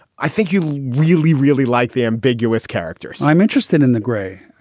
i think you really, really like the ambiguous characters i'm interested in the gray,